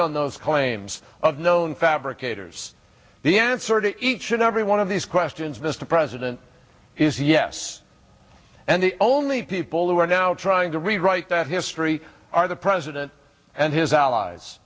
on those claims of known fabricators the answer to each and every one of these questions mr president is yes and the only people who are now trying to rewrite that history are the president and his allies